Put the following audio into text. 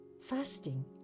fasting